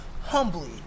humbly